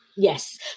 Yes